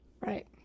Right